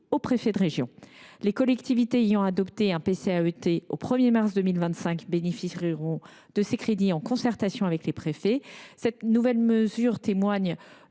aux préfets de région. Les collectivités ayant adopté un PCAET au 1 mars 2025 bénéficieront de ces crédits, en concertation avec les préfets. Cette nouvelle mesure témoigne